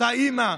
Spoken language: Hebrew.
אותה אימא,